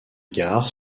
gares